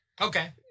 okay